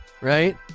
right